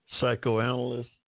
psychoanalyst